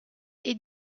est